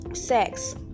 sex